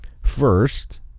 first